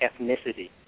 ethnicity